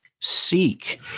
Seek